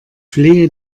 flehe